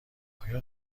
آیا